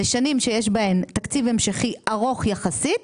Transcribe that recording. לשנים שיש בהן תקציב המשכי ארוך יחסית,